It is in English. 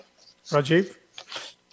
Rajiv